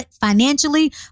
financially